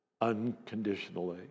unconditionally